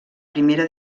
primera